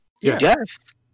Yes